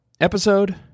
episode